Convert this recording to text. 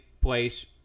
place